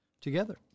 Together